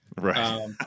right